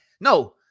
No